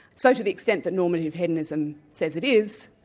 so to the extent that normative hedonism says it is,